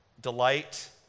delight